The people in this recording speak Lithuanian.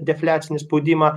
defliacinį spaudimą